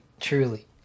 truly